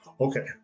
okay